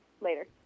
Later